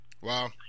Wow